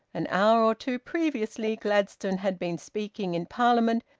an hour or two previously gladstone had been speaking in parliament,